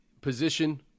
position